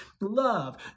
love